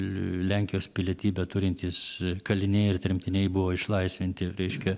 lenkijos pilietybę turintys kaliniai ir tremtiniai buvo išlaisvinti reiškia